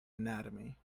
anatomy